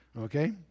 okay